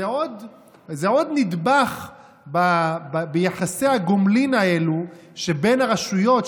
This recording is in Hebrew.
זה עוד איזה עוד נדבך ביחסי הגומלין האלו שבין הרשויות,